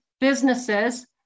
businesses